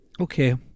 okay